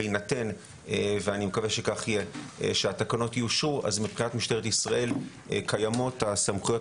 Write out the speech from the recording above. בהינתן שהתקנות יאושרו יהיו למשטרת ישראל את הסמכויות